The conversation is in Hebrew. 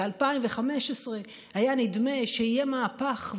ב-2015 היה נדמה שיהיה מהפך,